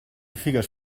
figues